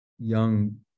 young